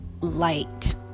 light